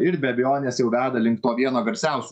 ir be abejonės jau veda link to vieno garsiausių